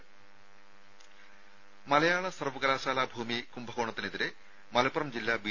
രുമ മലയാള സർവ്വകലാശാല ഭൂമി കുംഭകോണത്തിനെതിരെ മലപ്പുറം ജില്ലാ ബി